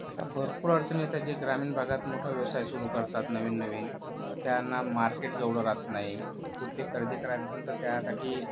अशा भरपूर अडचणी येतात जे ग्रामीण भागात मोठा व्यवसाय सुरु करतात नवीन नवीन तर त्यांना मार्केट जवळ रहात नाही कुठली खरेदी करायचं असेल तर त्यासाठी